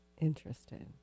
interesting